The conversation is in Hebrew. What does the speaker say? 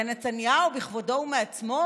הרי נתניהו בכבודו ובעצמו,